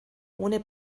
ohne